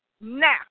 now